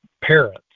parents